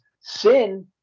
sin